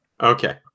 Okay